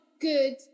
good